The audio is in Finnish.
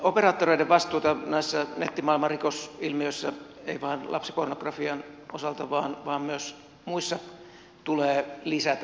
operaattoreiden vastuuta näissä nettimaailman rikosilmiöissä ei vain lapsipornografian osalta vaan myös muissa tulee lisätä